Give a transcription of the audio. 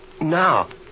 Now